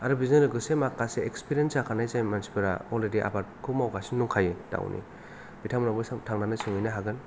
आरो बेजों लोगोसे माखाले इक्सपिरेन्स जाखानाय जाय मानसिफोरा अलरिडि आबादखौ मावगासिनो दंखायो दाउनि बिथांमोन्नावबो सों थांनानै सोंहैनो हागोन